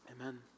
Amen